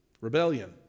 Rebellion